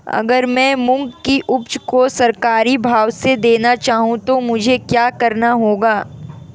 अगर मैं मूंग की उपज को सरकारी भाव से देना चाहूँ तो मुझे क्या करना होगा?